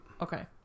okay